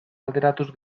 alderatuz